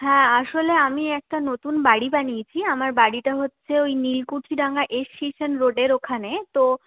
হ্যাঁ আসলে আমি একটা নতুন বাড়ি বানিয়েছি আমার বাড়িটা হচ্ছে ওই নীলকুঠি ডাঙ্গা এস সি সেন রোডের ওখানে তো